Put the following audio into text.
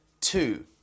two